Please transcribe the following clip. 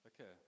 Okay